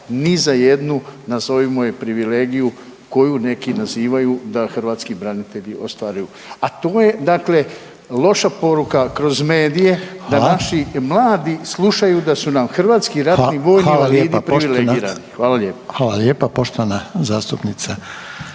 ni za jednu nazovimo je privilegiju koju neki nazivaju da hrvatski branitelji ostvaruju, a to je dakle loša poruka kroz medije da naši mladi slušaju da su nam hrvatski ratni vojni invalidi privilegirani. …/Upadica Reiner: Hvala lijepa./… Hvala lijepa.